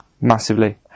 Massively